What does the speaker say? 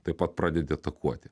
taip pat pradedi atakuoti